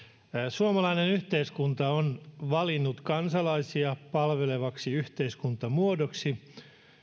suomalainen yhteiskunta on valinnut kansalaisia palvelevaksi yhteiskuntamuodoksi